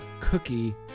cookie